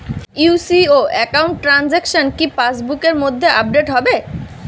UCO account transaction কি pass বুকের মধ্যে আপডেট হবে?